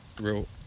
real